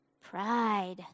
pride